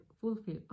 fulfill